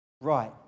right